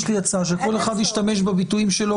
יש לי הצעה שכל אחד ישתמש בביטויים שלו,